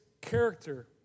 character